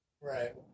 Right